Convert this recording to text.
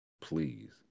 Please